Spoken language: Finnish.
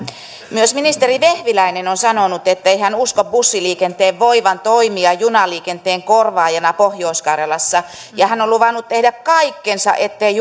myös ministeri vehviläinen on sanonut ettei hän usko bussiliikenteen voivan toimia junaliikenteen korvaajana pohjois karjalassa ja hän on luvannut tehdä kaikkensa ettei